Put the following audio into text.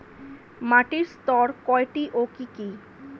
মাটির স্তর কয়টি ও কি কি?